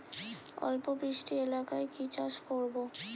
অল্প বৃষ্টি এলাকায় কি চাষ করব?